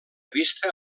vista